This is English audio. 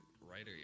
writer